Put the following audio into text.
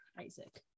Isaac